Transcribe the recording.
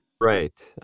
Right